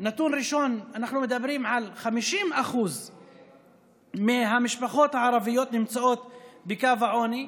נתון ראשון: 50% מהמשפחות הערביות נמצאות בקו העוני,